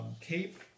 cape